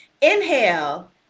Inhale